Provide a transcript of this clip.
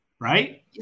right